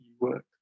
work